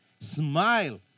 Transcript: Smile